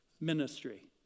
ministry